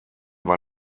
war